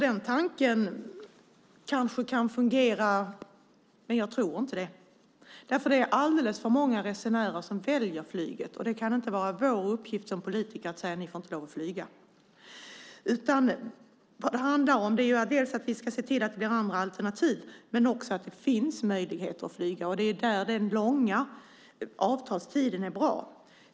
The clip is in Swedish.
Den tanken kanske kan fungera, men jag tror inte det. Det är alldeles för många resenärer som väljer flyget. Det kan inte vara vår uppgift som politiker att säga att de inte får lov att flyga. Det handlar om att vi ska se till att det blir andra alternativ men också att det finns möjligheter att flyga. Det är där den långa avtalstiden är bra.